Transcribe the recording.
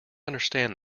understand